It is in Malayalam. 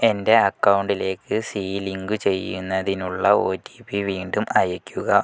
എൻ്റെ അക്കൗണ്ടിലേക്ക് സീ ലിങ്കു ചെയ്യുന്നതിനുള്ള ഒ ടി പി വീണ്ടും അയയ്ക്കുക